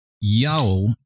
Yao